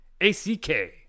A-C-K